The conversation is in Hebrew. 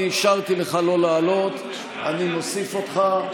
אני אישרתי לך לא לעלות ואני מוסיף אותך,